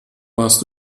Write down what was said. warst